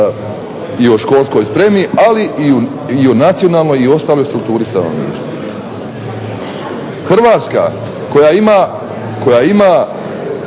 i o školskoj spremi ali i o nacionalnoj i ostaloj strukturi stanovništva. Hrvatska koja ima